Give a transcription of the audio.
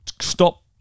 stop